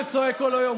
שצועק כל היום.